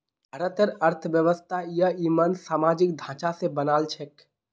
भारतेर अर्थव्यवस्था ययिंमन सामाजिक ढांचा स बनाल छेक